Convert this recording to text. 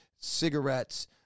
cigarettes